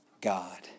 God